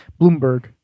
Bloomberg